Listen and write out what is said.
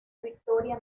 victoria